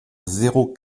zéro